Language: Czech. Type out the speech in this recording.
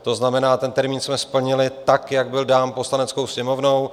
To znamená, termín jsme splnili tak, jak byl dán Poslaneckou sněmovnou.